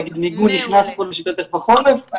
נגיד מיגון נכנס פה, לשיטתך, בחורף?